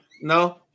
No